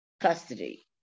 custody